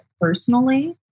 personally